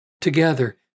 together